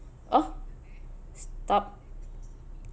oh stop